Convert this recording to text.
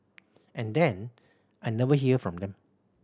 and then I never hear from them